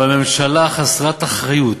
אבל ממשלה חסרת אחריות,